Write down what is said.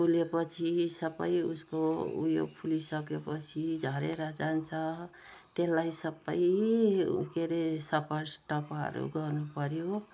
फुलेपछि सबै उसको ऊ यो फुलिसकेपछि झरेर जान्छ त्यसलाई सबै के रे सपस्टपहरू गर्नुपऱ्यो